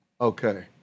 Okay